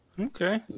Okay